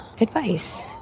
advice